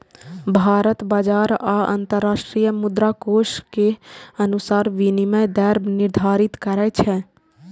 भारत बाजार आ अंतरराष्ट्रीय मुद्राकोष के अनुसार विनिमय दर निर्धारित करै छै